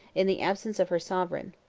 in the absence of her sovereign.